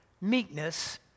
meekness